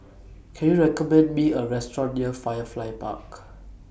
Can YOU recommend Me A Restaurant near Firefly Park